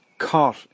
caught